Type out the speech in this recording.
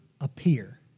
appear